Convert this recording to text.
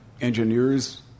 Engineers